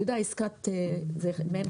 מעין עסקת חבילה.